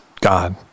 God